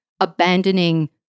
abandoning